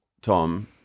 Tom